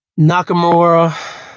Nakamura